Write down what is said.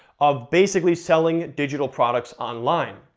of basically selling digital products online.